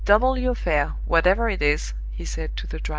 double your fare, whatever it is, he said to the driver,